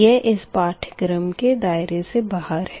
यह इस पाठ्यक्रम के दायरे से बाहर है